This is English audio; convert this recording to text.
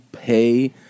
Pay